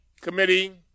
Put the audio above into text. Committee